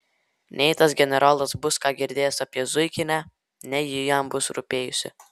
nei tas generolas bus ką girdėjęs apie zuikinę nei ji jam bus rūpėjusi